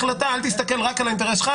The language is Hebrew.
כשאתה מקבל החלטה אל תסתכל רק על האינטרס שלך,